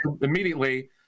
immediately